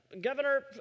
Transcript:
Governor